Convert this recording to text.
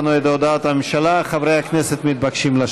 חברי הכנסת, נא